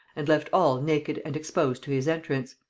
and left all naked and exposed to his entrance.